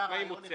מה היא מוציאה?